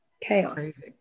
Chaos